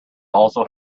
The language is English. also